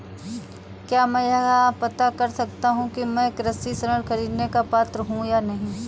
क्या मैं यह पता कर सकता हूँ कि मैं कृषि ऋण ख़रीदने का पात्र हूँ या नहीं?